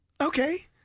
Okay